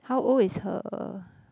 how old is her